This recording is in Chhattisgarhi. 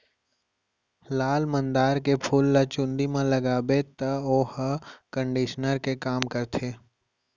लाल मंदार के फूल ल चूंदी म लगाबे तौ वोहर कंडीसनर के काम करथे